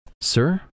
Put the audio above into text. Sir